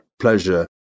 pleasure